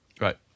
right